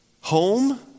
home